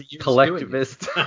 collectivist